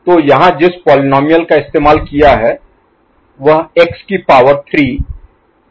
तो यहाँ जिस पोलीनोमिअल का इस्तेमाल किया है वह x की पावर 3 प्लस x प्लस 1 है